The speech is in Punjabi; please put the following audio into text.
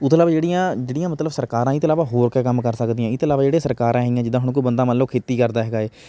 ਉਹਤੋਂ ਇਲਾਵਾ ਜਿਹੜੀਆਂ ਜਿਹੜੀਆਂ ਮਤਲਬ ਸਰਕਾਰਾਂ ਏ ਇਹ ਤੇ ਇਲਾਵਾ ਹੋਰ ਕਿਆ ਕੰਮ ਕਰ ਸਕਦੀਆਂ ਇਹ ਤੇ ਇਲਾਵਾ ਜਿਹੜੀਆਂ ਸਰਕਾਰਾਂ ਹੈਗੀਆਂ ਜਿੱਦਾਂ ਹੁਣ ਕੋਈ ਬੰਦਾ ਮੰਨ ਲਓ ਖੇਤੀ ਕਰਦਾ ਹੈਗਾ ਹੈ